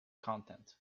content